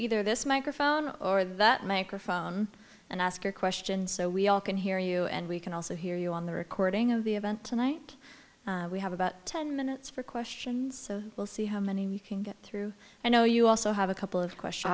either this microphone or that microphone and ask a question so we all can hear you and we can also hear you on the recording of the event tonight we have about ten minutes for questions so we'll see how many of you can get through i know you also have a couple of questions